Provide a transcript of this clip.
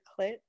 clit